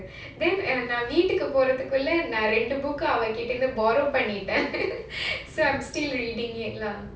நா வீட்டுக்கு போறதுக்குள்ள:naa veetuku porathukulla then ah ரெண்டு:rendu book அவகிட்ட:avakitta borrow பண்ணிட்டேன்:pannittaen so I'm still reading it lah